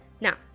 Now